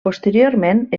posteriorment